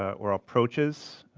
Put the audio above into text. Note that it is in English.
ah or approaches.